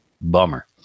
Bummer